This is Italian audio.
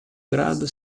grado